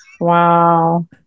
Wow